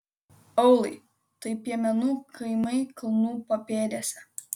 aūlai tai piemenų kaimai kalnų papėdėse